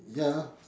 ya